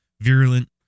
virulent